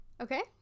Okay